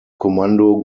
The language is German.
kommando